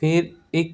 ਫਿਰ ਇੱਕ